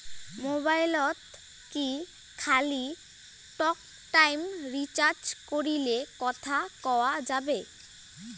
মোবাইলত কি খালি টকটাইম রিচার্জ করিলে কথা কয়া যাবে?